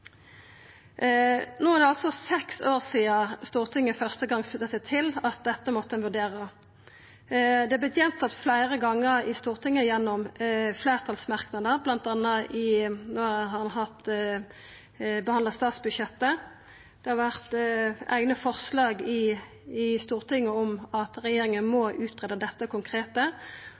No er det altså seks år sidan Stortinget første gong bad om at dette måtte vurderast, og det har vore gjentatt fleire gonger i Stortinget gjennom fleirtalsmerknader, bl.a. i behandlinga av statsbudsjettet. Og det har vore forslag i Stortinget om at regjeringa må greia ut dette konkrete.